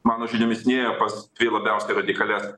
mano žiniomis nėjo pas tai labiausiai radikalias